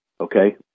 okay